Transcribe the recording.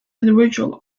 individual